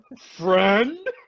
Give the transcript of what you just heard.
Friend